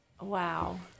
Wow